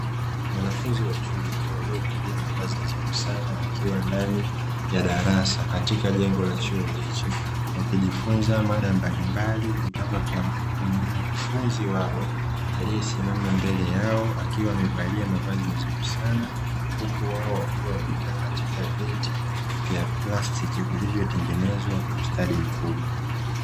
Wanafunzi wa chuo waliovalia mavazi nadhifu sana wakiwa ndani ya darasa katika jengo la chuo hicho. Wakijifunza mada mbalimbali kutoka kwa mkufunzi wao aliyesimama mbele yao akiwa amevalia mavazi nadhifu sana, huku wao wakiwa wameketi katika viti vya plastiki vilivyotengenezwa kwa ustadi mkubwa.